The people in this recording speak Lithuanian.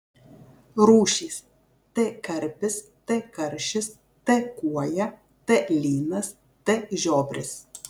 rūšys t karpis t karšis t kuoja t lynas t žiobris